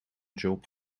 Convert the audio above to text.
job